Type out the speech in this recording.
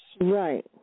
Right